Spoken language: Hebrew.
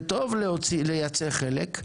זה טוב לייצא חלק.